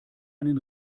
einen